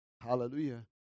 Hallelujah